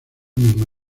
misma